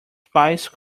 spice